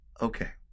okay